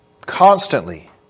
Constantly